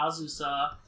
Azusa